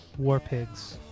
Warpigs